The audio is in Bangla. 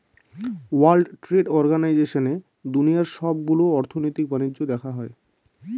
ওয়ার্ল্ড ট্রেড অর্গানাইজেশনে দুনিয়ার সবগুলো অর্থনৈতিক বাণিজ্য দেখা হয়